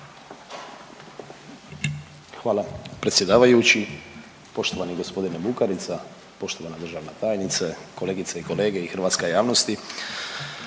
Hvala predsjedavajući. Poštovani gospodine Bukarica, poštovana državna tajnice, kolegice i kolege i hrvatska javnosti,